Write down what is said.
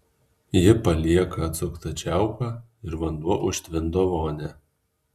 ji palieka atsuktą čiaupą ir vanduo užtvindo vonią